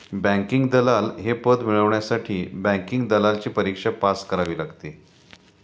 banking दलाल हे पद मिळवण्यासाठी बँकिंग दलालची परीक्षा पास करावी लागते